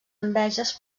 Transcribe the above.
enveges